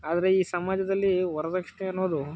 ಆದರೆ ಈ ಸಮಾಜದಲ್ಲಿ ವರ್ದಕ್ಷಿಣೆ ಅನ್ನೋದು